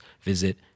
visit